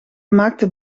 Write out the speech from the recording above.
maakte